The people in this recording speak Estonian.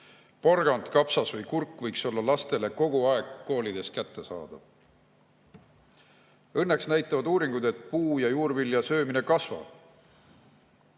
Porgand, kapsas või kurk võiks olla lastele kogu aeg koolides kättesaadav. Õnneks näitavad uuringud, et puu‑ ja juurvilja söömine kasvab.